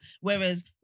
Whereas